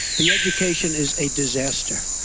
the education is a disaster.